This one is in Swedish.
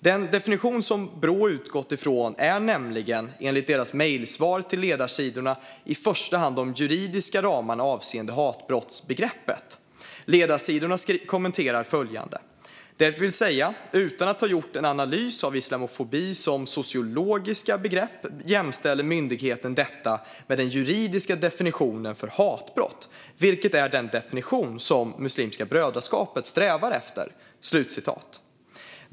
Den definition som Brå utgått från gäller nämligen, enligt deras mejlsvar till Ledarsidorna, i första hand de juridiska ramarna avseende hatbrottsbegreppet. Ledarsidorna kommenterar på följande sätt: "Det vill säga, utan att ha gjort en analys av islamofobi som sociologiska begrepp jämställer myndigheten detta med den juridiska definitionen för hatbrott vilket är den definition som Muslimska brödraskapet strävar efter."